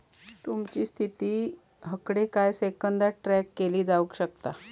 तुमची स्थिती हकडे काही सेकंदात ट्रॅक केली जाऊ शकता